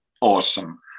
awesome